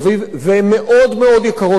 והן מאוד מאוד יקרות ללבי,